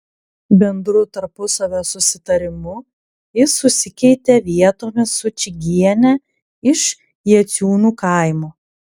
bendru tarpusavio susitarimu jis susikeitė vietomis su čigiene iš jaciūnų kaimo